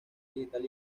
digital